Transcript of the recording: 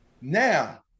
now